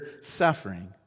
suffering